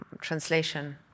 Translation